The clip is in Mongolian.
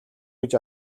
гэж